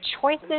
choices